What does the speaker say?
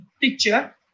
picture